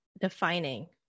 defining